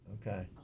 Okay